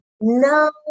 No